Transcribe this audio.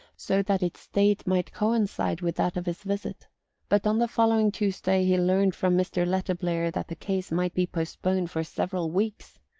so that its date might coincide with that of his visit but on the following tuesday he learned from mr. letterblair that the case might be postponed for several weeks.